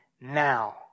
now